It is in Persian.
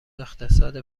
اقتصاد